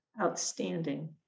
outstanding